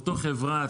אותו חברה,